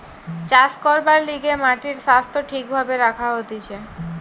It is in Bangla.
চাষ করবার লিগে মাটির স্বাস্থ্য ঠিক ভাবে রাখা হতিছে